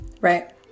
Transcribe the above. right